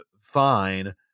fine